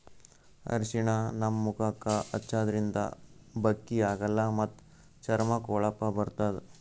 ಅರ್ಷಿಣ ನಮ್ ಮುಖಕ್ಕಾ ಹಚ್ಚದ್ರಿನ್ದ ಬಕ್ಕಿ ಆಗಲ್ಲ ಮತ್ತ್ ಚರ್ಮಕ್ಕ್ ಹೊಳಪ ಬರ್ತದ್